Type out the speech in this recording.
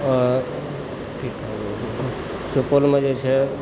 आओर सुपौलमे जे छै